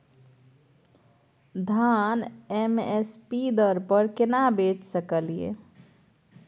धान M S P दर पर केना बेच सकलियै?